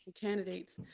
candidates